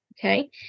Okay